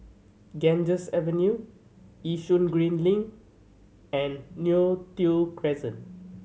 Ganges Avenue Yishun Green Link and Neo Tiew Crescent